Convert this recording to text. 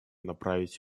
направить